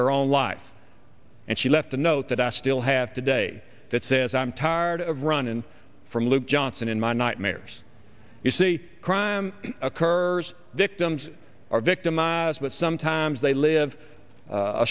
her own life and she left a note that i still have today that says i'm tired of runnin from luke johnson in my nightmares you see crime occurs victims are victimized but sometimes they live a